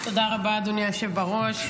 תודה רבה, אדוני היושב-ראש.